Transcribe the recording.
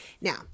Now